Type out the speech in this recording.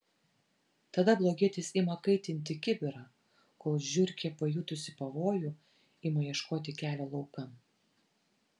tada blogietis ima kaitinti kibirą kol žiurkė pajutusi pavojų ima ieškoti kelio laukan